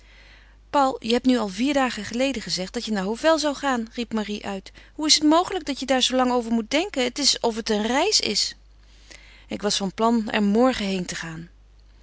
paul je hebt nu al vier dagen geleden gezegd dat je naar hovel zou gaan riep marie uit hoe is het mogelijk dat je daar zoo lang over moet denken het is of het een reis is ik was van plan er morgen heen te gaan